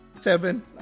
Seven